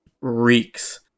reeks